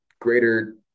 greater